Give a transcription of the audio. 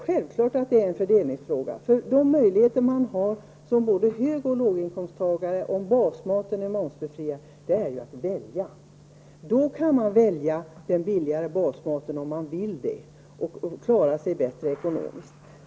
Självfallet är detta en fördelningspolitisk fråga. Om basmaten är momsbefriad får nämligen både hög och låginkomsttagare möjlighet att välja. Man kan då välja den billigare basmaten om man vill det och därmed klara sig bättre ekonomiskt.